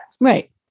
Right